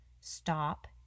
Stop